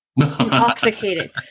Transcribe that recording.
intoxicated